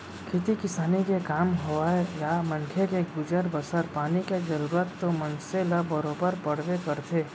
खेती किसानी के काम होवय या मनखे के गुजर बसर पानी के जरूरत तो मनसे ल बरोबर पड़बे करथे